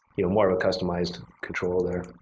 you know, more of a customized control there.